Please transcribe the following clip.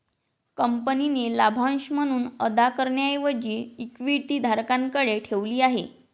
कंपनीने लाभांश म्हणून अदा करण्याऐवजी इक्विटी धारकांकडे ठेवली आहे